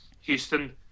Houston